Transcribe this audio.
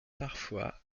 parfois